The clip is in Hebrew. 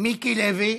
מוותר, מיקי לוי,